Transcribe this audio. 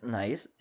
nice